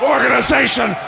Organization